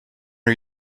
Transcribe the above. are